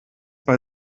bei